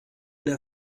der